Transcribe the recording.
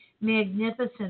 magnificent